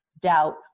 doubt